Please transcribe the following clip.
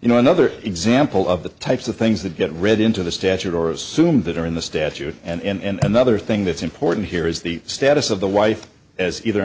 you know another example of the types of things that get read into the statute or assumed that are in the statute and another thing that's important here is the status of the wife as either